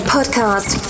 Podcast